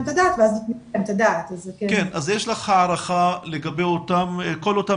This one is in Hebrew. את הדעת ואז --- יש לך הערכה לגבי כל אותן